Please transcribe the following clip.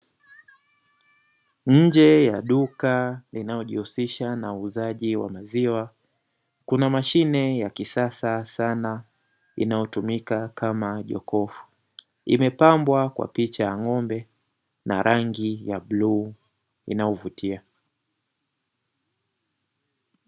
Nje ya duka linalojihusisha na uuzaji wa maziwa, kuna mashine ya kisasa sana inayotumika kama jokofu. Imepambwa kwa picha ya ng'ombe na rangi ya bluu inayovutia.